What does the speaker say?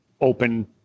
open